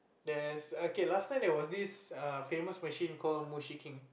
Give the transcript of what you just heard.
there's a okay last time there was this err famous machine called MushiKing